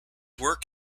work